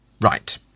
right